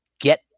get